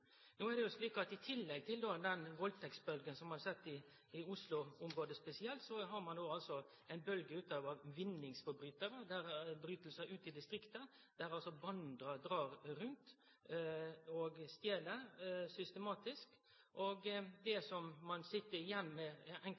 No er det jo slik at i tillegg til den valdtektsbølgja som vi har sett, spesielt i Oslo-området, har ein ei bølgje av vinningsbrotsverk ute i distrikta, der vandrarar dreg rundt og stel systematisk. Det inntrykket ein sit igjen med